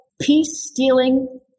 peace-stealing